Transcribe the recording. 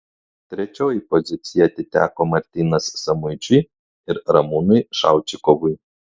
trečioji pozicija atiteko martynas samuičiui ir ramūnui šaučikovui